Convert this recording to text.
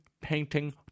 painting